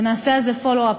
ונעשה על זה follow-up,